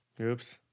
Oops